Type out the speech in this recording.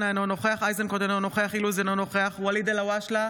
(קוראת בשמות